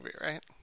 right